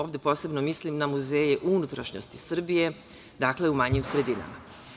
Ovde posebno mislim na muzeje u unutrašnjosti Srbije, dakle, u manjim sredinama.